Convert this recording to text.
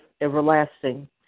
everlasting